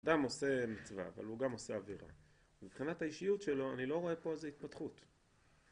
אדם עושה מצווה אבל הוא גם עושה עבירה ומבחינת האישיות שלו אני לא רואה פה איזה התפתחות